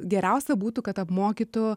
geriausia būtų kad apmokytų